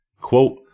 Quote